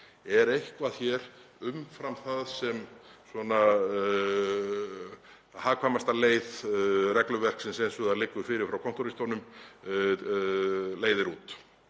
Er eitthvað hér umfram það sem hagkvæmasta leið regluverksins eins og það liggur fyrir frá kontóristunum leiðir út.